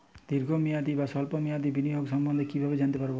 দীর্ঘ মেয়াদি বা স্বল্প মেয়াদি বিনিয়োগ সম্বন্ধে কীভাবে জানতে পারবো?